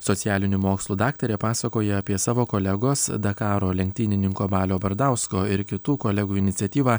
socialinių mokslų daktarė pasakoja apie savo kolegos dakaro lenktynininko balio bardausko ir kitų kolegų iniciatyvą